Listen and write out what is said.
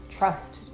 trust